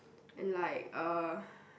and like uh